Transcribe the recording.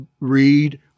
read